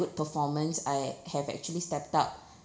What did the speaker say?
good performance I have actually stepped up